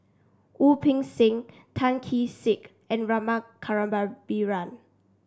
Wu Peng Seng Tan Kee Sek and Rama